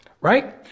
right